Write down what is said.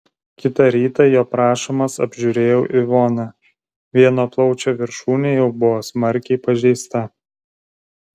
kitą rytą jo prašomas apžiūrėjau ivoną vieno plaučio viršūnė jau buvo smarkiai pažeista